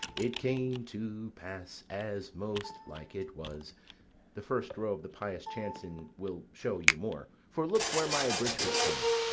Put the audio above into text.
it came to pass, as most like it was the first row of the pious chanson will show you more for look where my abridgment comes.